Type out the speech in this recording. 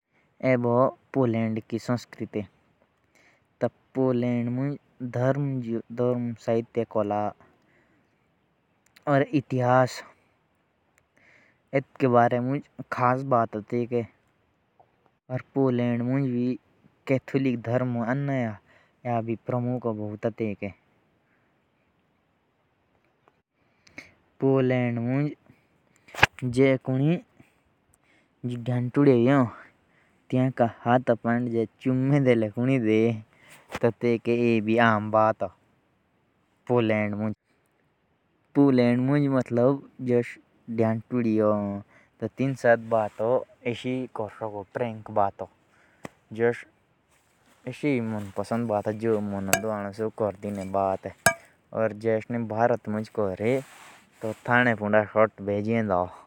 पोलैंड में भी कैथोलिक धर्म ज़्यादा प्रभावित है। और वहाँ पे अगर कोई लड़का लड़की को छेड़ दे तो वहाँ यह आम बात है।